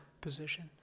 position